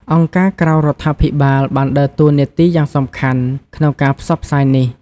អង្គការក្រៅរដ្ឋាភិបាល បានដើរតួនាទីយ៉ាងសំខាន់ក្នុងការផ្សព្វផ្សាយនេះ។